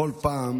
בכל פעם